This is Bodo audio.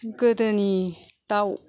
गोदोनि दाव